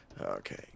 Okay